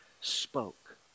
spoke